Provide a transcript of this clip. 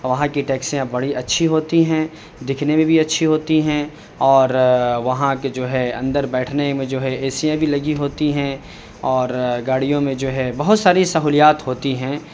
وہاں کی ٹیکسیاں بڑی اچھی ہوتی ہیں دکھنے میں بھی اچھی ہوتی ہیں اور وہاں کے جو ہے اندر بیٹھنے میں جو ہے ایسیاں بھی لگی ہوتی ہیں اور گاڑیوں میں جو ہے بہت ساری سہولیات ہوتی ہیں